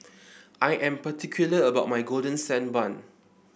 I am particular about my Golden Sand Bun